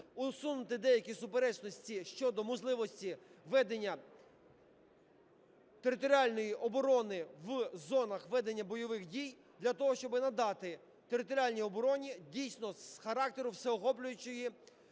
усунути деякі суперечності щодо можливості введення територіальної оборони в зонах ведення бойових дій для того, щоб надати територіальній обороні дійсно з характеру всеохоплюючого